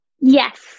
Yes